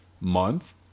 month